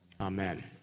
Amen